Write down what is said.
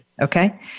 Okay